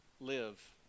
live